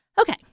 Okay